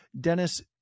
Dennis